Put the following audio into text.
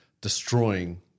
destroying